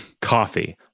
coffee